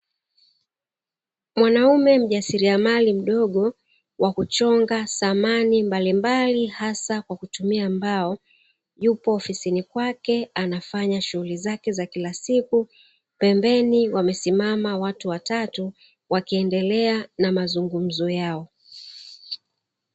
Mwanaume mjasiriamali mdogo, wa kuchonga samani mbalimbali hasa kwa kutumia mbao yupo ofisini kwake anafanya shughuli za kila siku, pembeni wamesimama watu watatu wakiendelea na mazungumzo yao.